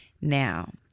now